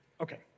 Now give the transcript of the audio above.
Okay